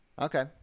okay